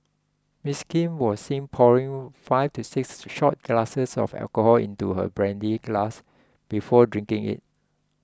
Ms Kim was seen pouring five to six shot glasses of alcohol into her brandy glass before drinking it